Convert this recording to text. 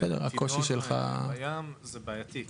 תדון בים, זה בעייתי.